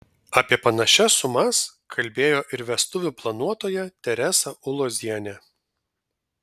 apie panašias sumas kalbėjo ir vestuvių planuotoja teresa ulozienė